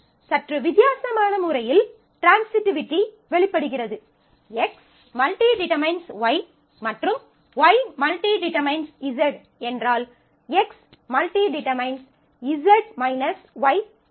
சற்று வித்தியாசமான முறையில் ட்ரான்சிட்டிவிட்டி வெளிப்படுகிறது X →→ Y மற்றும் Y →→ Z என்றால் X →→ Z Y ஆகும்